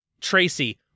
Tracy